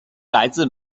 来自